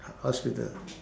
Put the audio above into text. hospital